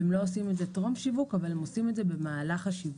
הם לא עושים את זה טרום שיווק אבל הם עושים את זה במהלך השיווק.